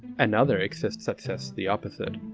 another exists that says the opposite.